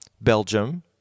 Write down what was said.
Belgium